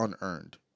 unearned